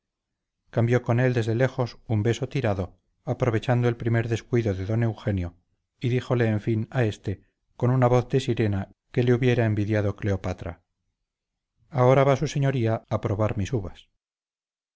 cambió con él desde lejos un beso tirado aprovechando el descuido de don eugenio y díjole en fin a éste con una voz de sirena que le hubiera envidiado cleopatra ahora va su señoría a probar mis uvas